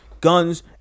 guns